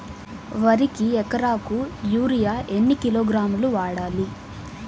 వరికి ఎకరాకు యూరియా ఎన్ని కిలోగ్రాములు వాడాలి?